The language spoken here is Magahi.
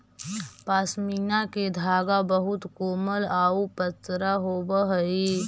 पशमीना के धागा बहुत कोमल आउ पतरा होवऽ हइ